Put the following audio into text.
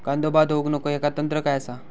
कांदो बाद होऊक नको ह्याका तंत्र काय असा?